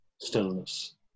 stillness